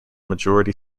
majority